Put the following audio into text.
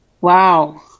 Wow